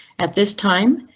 at this time,